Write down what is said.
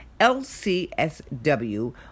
LCSW